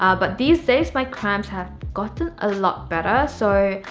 ah but these days, my cramps have gotten a lot better so,